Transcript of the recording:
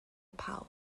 pounds